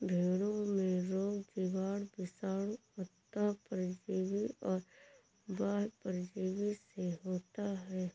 भेंड़ों में रोग जीवाणु, विषाणु, अन्तः परजीवी और बाह्य परजीवी से होता है